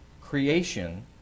creation